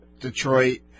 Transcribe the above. Detroit